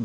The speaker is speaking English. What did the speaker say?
uh